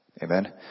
Amen